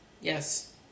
Yes